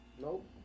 Nope